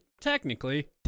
Technically